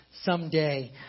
someday